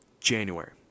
January